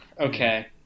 okay